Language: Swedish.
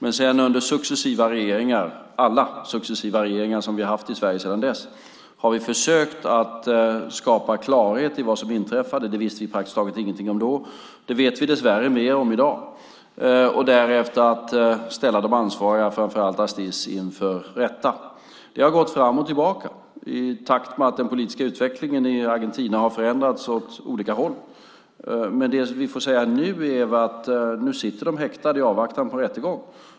Under alla successiva regeringar som vi har haft i Sverige sedan dess har vi försökt skapa klarhet i vad som inträffade. Det visste vi praktiskt taget ingenting om då. Det vet vi mer om i dag. Därefter gäller det att ställa de ansvariga, framför allt Astiz, inför rätta. Det har gått fram och tillbaka i takt med att den politiska utvecklingen i Argentina har förändrats åt olika håll. Men det vi nu får säga är att de ansvariga sitter häktade i väntan på rättegång.